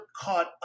caught